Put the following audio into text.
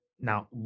Now